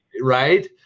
right